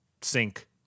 sink